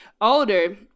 older